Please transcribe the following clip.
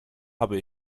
habe